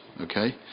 Okay